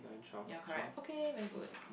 you're correct okay very good